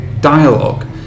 dialogue